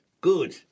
good